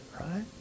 right